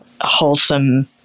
wholesome